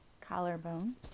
Collarbone